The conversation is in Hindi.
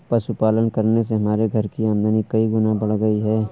पशुपालन करने से हमारे घर की आमदनी कई गुना बढ़ गई है